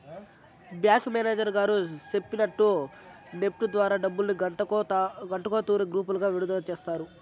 bank manager గారు సెప్పినట్టు NEFT ద్వారా డబ్బుల్ని గంటకో తూరి గ్రూపులుగా విడదల సేస్తారు